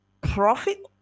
profit